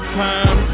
time